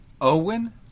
Owen